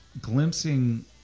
glimpsing